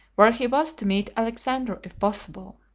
where he was to meet alexander if possible.